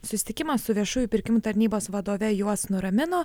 susitikimą su viešųjų pirkimų tarnybos vadovė juos nuramino